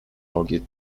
argued